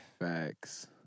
Facts